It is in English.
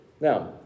Now